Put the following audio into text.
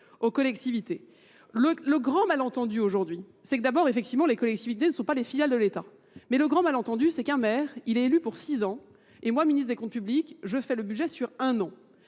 aux collectivités. Le grand malentendu aujourd'hui, c'est que d'abord, effectivement, les collectivités ne sont pas les filales de l'État. Mais le grand malentendu, c'est qu'un maire, il est élu pour six ans, et moi, ministre des Comptes publics, je fais le budget sur un an.